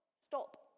stop